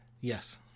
yes